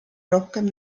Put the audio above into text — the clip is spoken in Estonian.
rohkem